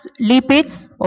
lipids